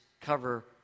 cover